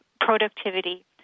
productivity